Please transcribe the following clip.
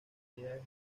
unidades